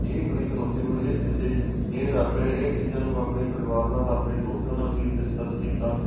ਇਹ ਬੜੀ ਚੁਣੌਤੀਪੂਰਨ ਇਸ ਪਿੱਛੇ ਇਹ ਇਹ ਚੀਜ਼ਾਂ ਨੂੰ ਆਪਣੇ ਪਰਿਵਾਰ ਨਾਲ ਆਪਣੇ ਦੋਸਤਾਂ ਨਾਲ ਵੀ ਡਿਸਕਸ ਕੀਤਾ